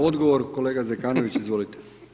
Odgovor, kolega Zekanović, izvolite.